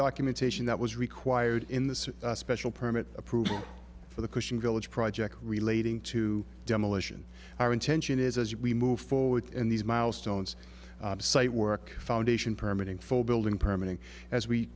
documentation that was required in the special permit approval for the cushing village project relating to demolition our intention is as we move forward in these milestones site work foundation permitting full building permit and as we